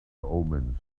omens